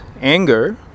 anger